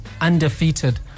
undefeated